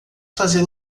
fazer